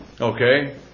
Okay